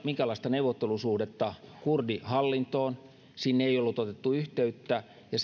minkäänlaista neuvottelusuhdetta kurdihallintoon sinne ei ollut otettu yhteyttä ja